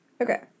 Okay